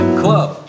club